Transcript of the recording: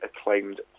acclaimed